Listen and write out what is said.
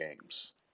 games